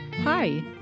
Hi